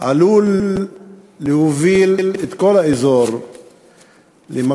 עלול להוביל את כל האזור למקום,